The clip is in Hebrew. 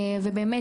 ובאמת,